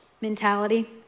mentality